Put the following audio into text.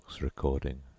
recording